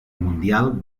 mundial